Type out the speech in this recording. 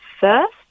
first